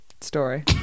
story